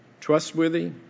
trustworthy